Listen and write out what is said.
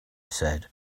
said